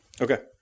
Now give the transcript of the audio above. Okay